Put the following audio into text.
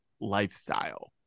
lifestyle